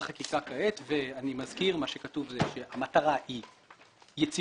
בחקיקה כעת ואני מזכיר שמה שכתוב זה שהמטרה היא יציבותית,